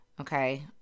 okay